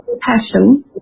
passion